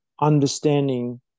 understanding